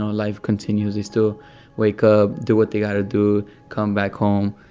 ah life continues. they still wake up, do what they got to do, come back home,